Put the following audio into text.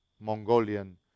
Mongolian